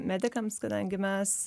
medikams kadangi mes